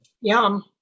Yum